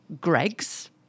Greg's